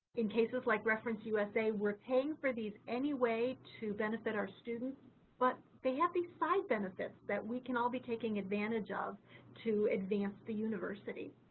in cases like reference usa, we're paying for these anyway to benefit our students but they have these side benefits that we can all be taking advantage of to advance the university.